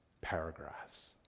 paragraphs